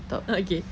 okay